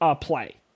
play